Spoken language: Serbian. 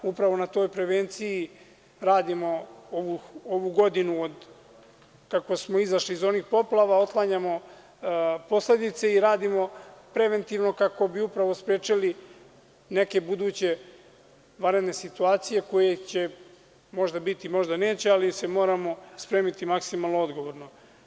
Upravo na toj prevenciji radimo ovu godinu od kako smo izašli iz onih poplava, otklanjamo posledice i radimo preventivno kako bi upravo sprečili neke buduće vanredne situacije koje će možda biti, možda neće, ali se moramo spremiti maksimalno odgovorno.